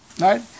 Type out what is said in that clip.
right